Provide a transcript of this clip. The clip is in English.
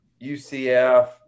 UCF